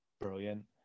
Brilliant